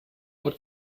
what